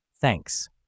Thanks